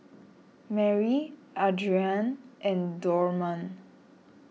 Marry Adrianne and Dorman